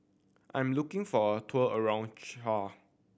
I'm looking for a tour around Chad